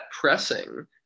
pressing